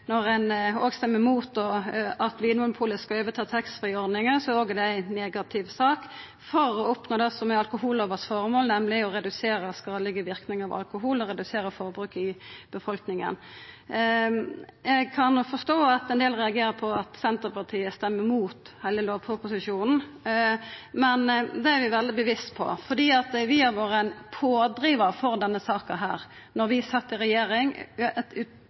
det òg ei negativ sak for å oppnå det som er alkohollovas formål, nemleg å redusera skadelege verknader av alkohol og redusera forbruket i befolkninga. Eg kan òg forstå at enkelte reagerer på at Senterpartiet røystar imot heile lovproposisjonen, men det er vi veldig bevisste på. Vi var ein pådrivar for denne saka då vi sat i regjering, for det er eit